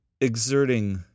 exerting